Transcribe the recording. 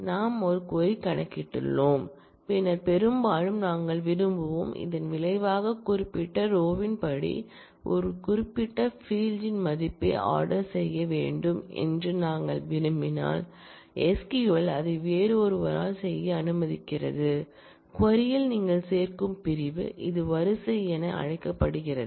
நாம் ஒரு க்வரி கணக்கிட்டுள்ளோம் பின்னர் பெரும்பாலும் நாங்கள் விரும்புவோம் இதன் விளைவாக குறிப்பிட்ட ரோயின் படி குறிப்பாக குறிப்பிட்ட ஃபீல்ட் ன் மதிப்பை ஆர்டர் செய்ய வேண்டும் என்று நாங்கள் விரும்பினால் SQL அதை வேறொருவரால் செய்ய அனுமதிக்கிறது க்வரி ல் நீங்கள் சேர்க்கும் பிரிவு இது வரிசை என அழைக்கப்படுகிறது